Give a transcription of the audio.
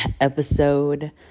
episode